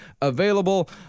available